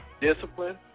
discipline